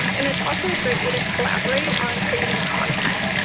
um and it's also a great way to collaborate on creating content.